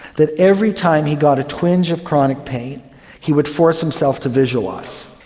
that every time he got a twinge of chronic pain he would force himself to visualise.